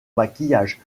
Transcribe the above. maquillage